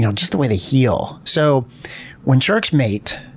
you know just the way they heal. so when sharks mate,